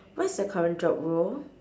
what's your current job role